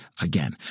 again